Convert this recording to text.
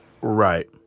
Right